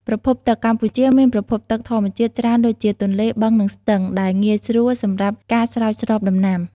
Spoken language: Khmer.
ប្រភពទឹក កម្ពុជាមានប្រភពទឹកធម្មជាតិច្រើនដូចជា ទន្លេ បឹង និងស្ទឹង ដែលងាយស្រួលសម្រាប់ការស្រោចស្រពដំណាំ។